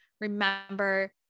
remember